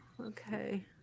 Okay